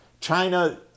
China